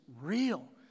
real